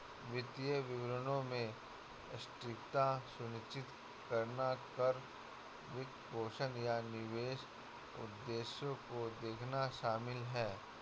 वित्तीय विवरणों में सटीकता सुनिश्चित करना कर, वित्तपोषण, या निवेश उद्देश्यों को देखना शामिल हैं